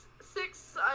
six